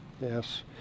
Yes